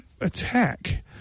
Attack